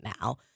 now